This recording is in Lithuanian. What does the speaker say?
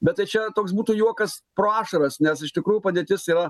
bet tai čia toks būtų juokas pro ašaras nes iš tikrųjų padėtis yra